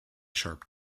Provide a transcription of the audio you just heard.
sharp